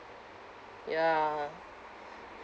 ya